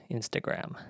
Instagram